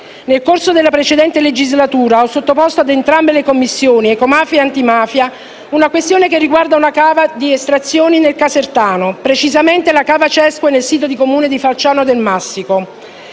Nel corso della precedente legislatura ho sottoposto a entrambe le Commissioni, ecomafie e antimafia, una questione che riguarda una cava di estrazione nel casertano, precisamente la cava Cesque sita nel Comune di Falciano del Massico.